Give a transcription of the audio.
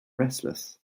restless